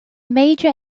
major